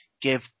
Give